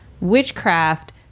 witchcraft